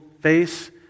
face